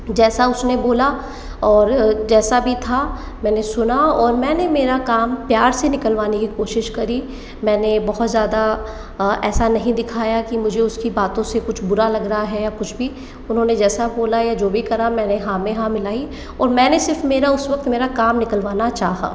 जैसा उसने बोला और जैसा भी था मैंने सुना और मैंने मेरा काम प्यार से निकलवाने की कोशिश करी मैंने बहुत ज़्यादा ऐसा नहीं दिखाया कि मुझे उसकी बातों से कुछ बुरा लग रहा है कुछ भी उन्होंने जैसा बोला या जो भी करा मैंने हाँ में हाँ मिलाई और मैंने सिर्फ़ मेरा उस वक्त मेरा काम निकलवाना चाहा